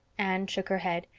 anne shook her head.